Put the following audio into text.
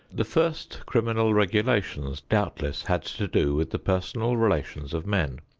the first criminal regulations, doubtless, had to do with the personal relations of men.